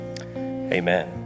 Amen